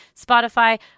Spotify